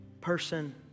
person